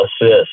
assist